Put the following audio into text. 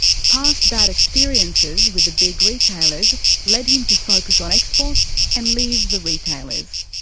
past bad experiences with the big retailers led him to focus on export and leave the retailers.